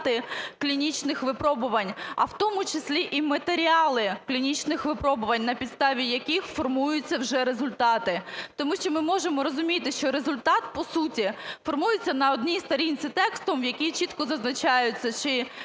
результати клінічних випробувань, а в тому числі і матеріали клінічних випробувань, на підставі яких формуються вже результати. Тому що ми можемо розуміти, що результат по суті формується на одній сторінці текстом, в якій чітко зазначаються, чи є